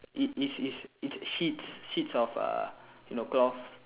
it is is it's sheets sheets of uh you know cloth